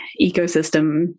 ecosystem